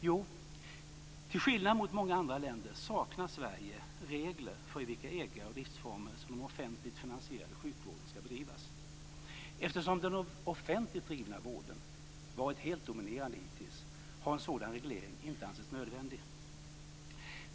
Jo, till skillnad från många andra länder saknar Sverige regler för i vilka ägar och driftsformer som den offentligt finansierade sjukvården ska bedrivas. Eftersom den offentligt drivna vården varit helt dominerande hittills har en sådan reglering inte ansetts nödvändig.